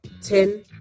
Ten